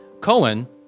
cohen